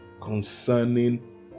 concerning